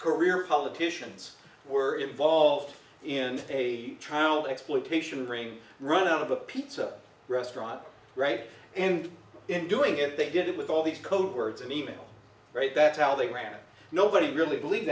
career politicians were involved in a trial exploitation bring run a pizza restaurant right and in doing it they did it with all busy these code words and e mails right that's how they cracked nobody really believe